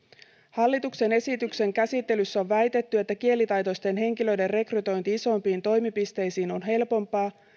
hallituksen esityksen käsittelyssä on väitetty että kielitaitoisten henkilöiden rekrytointi isompiin toimipisteisiin on helpompaa